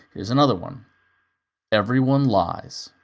here's another one everyone lies,